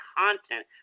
content